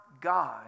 God